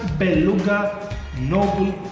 beluga noble